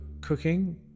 cooking